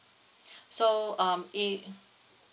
so um